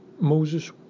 Moses